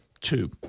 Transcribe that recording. two